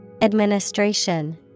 Administration